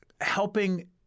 helping